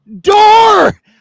door